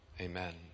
Amen